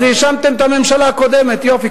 אז האשמתם את הממשלה הקודמת, יופי.